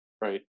right